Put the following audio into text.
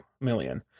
million